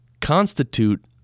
constitute